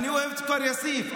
אני אוהב את כפר יאסיף,